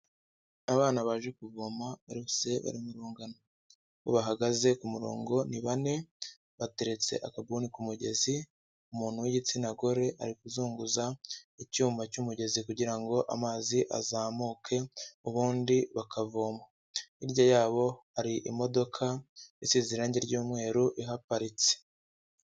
Abana baje kuvoma bose bari mu rungano. Uko bahagaze ku murongo ni bane, bateretse akabuni ku mugezi, umuntu w'igitsina gore ari kuzunguza icyuma cy'umugezi kugira ngo amazi azamuke ubundi bakavoma. Hirya yabo hari imodoka isize irange ry'umweru ihaparitse.